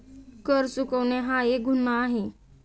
कर चुकवणे हा एक गुन्हा आहे